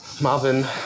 Marvin